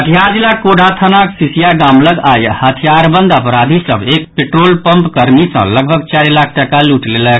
कटिहार जिलाक कोढ़ा थानाक सीसिया गाम लग आई हथियारबंद अपराधी सभ एक पेट्रोल पंप कर्मी सँ लगभग चारि लाख टाका लूटि लेलक